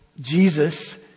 Jesus